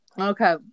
Okay